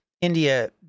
India